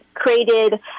Created